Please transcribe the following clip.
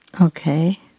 Okay